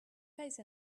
face